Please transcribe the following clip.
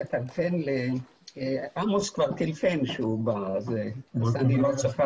הישיבה